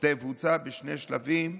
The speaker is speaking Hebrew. שתבוצע בשני שלבים,